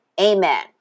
Amen